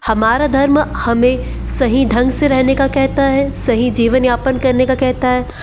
हमारा धर्म हमें सही ढंग से रहने का कहता है सही जीवन यापन करने का कहता है